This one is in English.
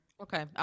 Okay